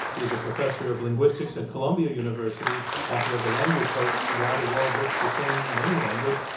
he is a professor of linguistics at columbia university, author of the language hoax why the world looks the same in any language.